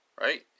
right